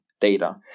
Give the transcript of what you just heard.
data